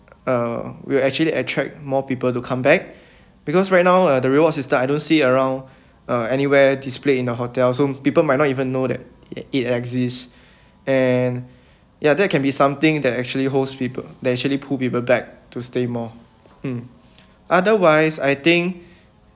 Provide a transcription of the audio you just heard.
uh will actually attract more people to come back because right now uh the reward system I don't see around uh anywhere displayed in the hotel so people might not even know that it it exists and ya that can be something that actually holds people that actually pull people back to stay more mm otherwise I think